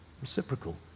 Reciprocal